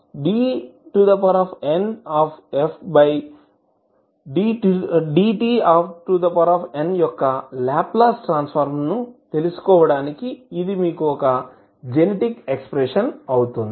కాబట్టి dnfdtnయొక్క Laplace transform ను తెలుసుకోవడానికి ఇది మీకు జెనెటిక్ ఎక్స్ప్రెషన్ అవుతుంది